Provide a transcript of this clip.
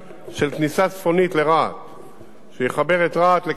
שיחבר את רהט לכביש חוצה-ישראל החדש שאנחנו עושים,